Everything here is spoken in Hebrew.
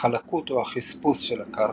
החלקות או החספוס של הקרקע,